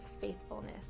faithfulness